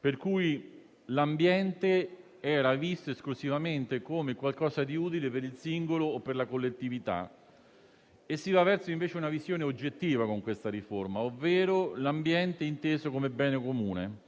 per cui l'ambiente era visto esclusivamente come qualcosa di utile per il singolo o per la collettività, e si va, invece, verso una visione oggettiva, ovvero l'ambiente inteso come bene comune,